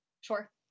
Sure